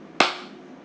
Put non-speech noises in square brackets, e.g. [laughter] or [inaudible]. [noise]